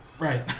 Right